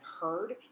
heard